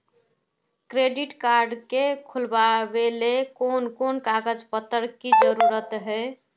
Credit card के खुलावेले कोन कोन कागज पत्र की जरूरत है?